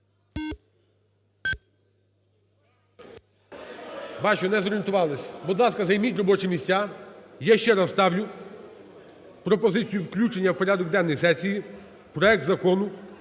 Бачу, не зорієнтувались. Будь ласка, займіть робочі місця. Я ще раз ставлю пропозицію включення в порядок денний сесії, проект Закону